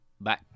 Bye